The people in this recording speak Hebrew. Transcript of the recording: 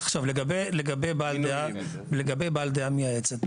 עכשיו, לגבי בעל דעה מייעצת.